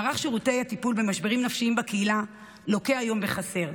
מערך שירותי הטיפול במשברים נפשיים בקהילה לוקה היום בחסר,